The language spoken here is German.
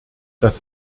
das